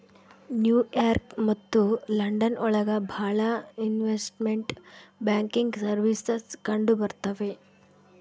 new York ಮತ್ತು London ಒಳಗ ಭಾಳ ಇನ್ವೆಸ್ಟ್ಮೆಂಟ್ ಬ್ಯಾಂಕಿಂಗ್ ಸರ್ವೀಸಸ್ ಕಂಡುಬರ್ತವೆ